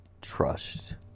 trust